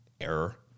error